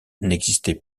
n’existait